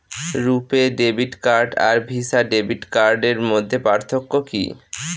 রূপে debit card আর Visa debit কার্ডের মধ্যে পার্থক্য কি?